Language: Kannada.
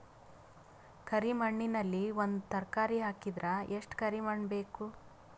ಕರಿ ಮಣ್ಣಿನಲ್ಲಿ ಒಂದ ತರಕಾರಿ ಹಾಕಿದರ ಎಷ್ಟ ಕರಿ ಮಣ್ಣು ಬೇಕು?